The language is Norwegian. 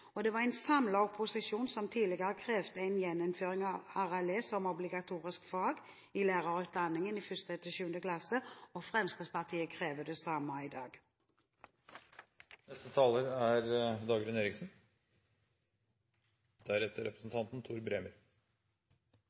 var en samlet opposisjon som tidligere krevde en gjeninnføring av RLE som obligatorisk fag i lærerutdanningen for 1.–7. klasse, og Fremskrittspartiet krever det samme i